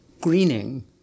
greening